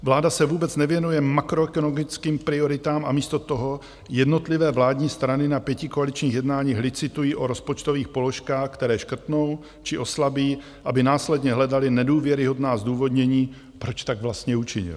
Vláda se vůbec nevěnuje makroekonomickým prioritám a místo toho jednotlivé vládní strany na pětikoaličních jednáních licitují o rozpočtových položkách, které škrtnou či oslabí, aby následně hledaly nedůvěryhodná zdůvodnění, proč tak vlastně učinily.